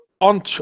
on